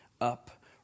up